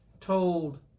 told